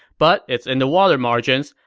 but it's in the water margins,